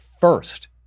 first